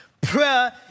Prayer